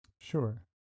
sure